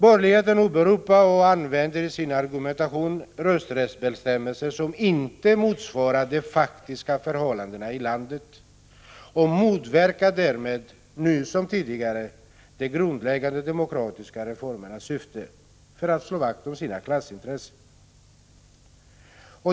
Borgerligheten åberopar och använder i sin argumentation rösträttsbestämmelser som inte motsvarar de faktiska förhållandena i landet och motverkar därmed, nu som tidigare, de grundläggande demokratiska reformernas syfte för att slå vakt om sina klassintressen.